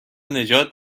نجات